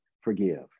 forgive